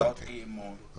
יש לנו הצעות אי אמון,